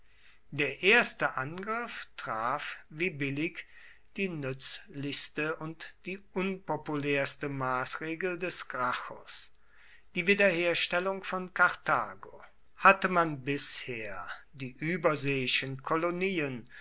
der erste angriff traf wie billig die nützlichste und die unpopulärste maßregel des gracchus die wiederherstellung von karthago hatte man bisher die überseeischen kolonien